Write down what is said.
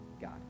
God